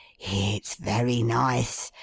it's very nice.